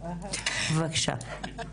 בבקשה.